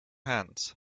hands